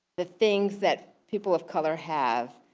the things that people of color have,